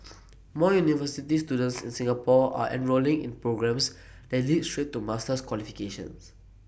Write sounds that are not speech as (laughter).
(noise) more university students in Singapore are enrolling in programmes that lead straight to master's qualifications